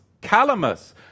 calamus